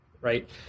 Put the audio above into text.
right